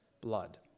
blood